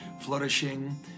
flourishing